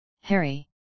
Harry